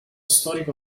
storico